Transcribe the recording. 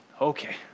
okay